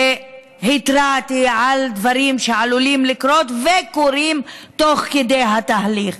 התרעתי על דברים שעלולים לקרות וקורים תוך כדי התהליך,